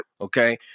Okay